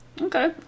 okay